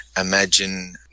imagine